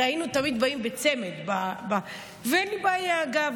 הרי היינו תמיד באים בצמד, ואין לי בעיה, אגב.